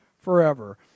forever